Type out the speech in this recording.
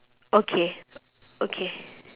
okay okay